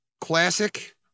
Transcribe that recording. classic